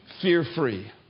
fear-free